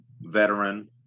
veteran